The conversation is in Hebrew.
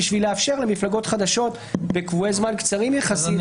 כדי לאפשר למפלגות חדשות להירשם בקבועי זמן קצרים יחסית.